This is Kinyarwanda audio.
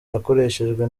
yakoreshejwe